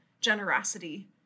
generosity